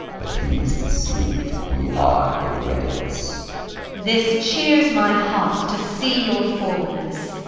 but hee's deceiu'd, we are in readinesse this cheares my heart, to see your forwardnesse